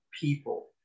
people